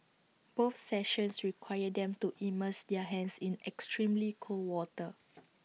both sessions required them to immerse their hands in extremely cold water